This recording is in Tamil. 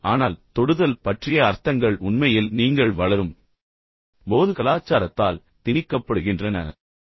ஆனால் தொடுதல் பற்றிய அர்த்தங்கள் உண்மையில் நீங்கள் வளரும் போது கலாச்சாரத்தால் திணிக்கப்படுகின்றன இதை நீங்கள் உணருங்கள்